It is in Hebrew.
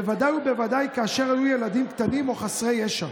בוודאי ובוודאי כאשר היו ילדים קטנים או חסרי ישע.